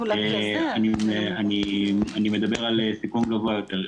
אני מדבר על סיכון גבוה יותר.